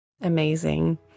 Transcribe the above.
amazing